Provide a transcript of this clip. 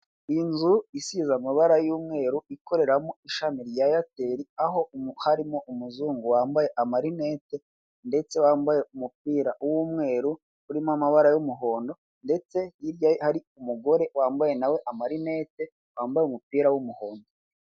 Inzu isize amabara y'umweru ikoreram ishami rya eyateri, aho harimo umuzungu wambaye amarinete ndetse wambaye umupira w'umweru urimo amabara y'umuhondo, ndetse hirya ye hari umugore wambaye na we amarineti. wambaye umupira w'umuhondo.